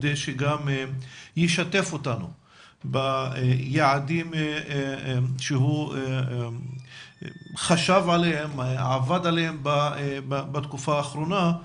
כדי שגם ישתף אותנו ביעדים שהוא חשב עליהם ועבד עליהם בתקופה האחרונה.